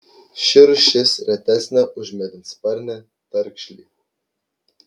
ši rūšis retesnė už mėlynsparnį tarkšlį